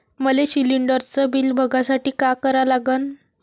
मले शिलिंडरचं बिल बघसाठी का करा लागन?